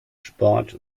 sport